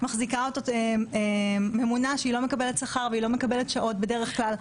מחזיקה אותו ממונה שלא מקבלת שכר ולא מקבל שעות בדרך כלל.